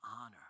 honor